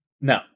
No